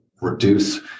reduce